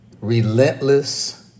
relentless